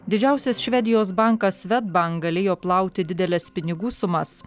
didžiausias švedijos bankas svedbank galėjo plauti dideles pinigų sumas